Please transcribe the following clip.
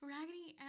Raggedy